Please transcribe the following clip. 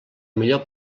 millor